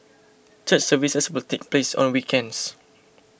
church services will take place on weekends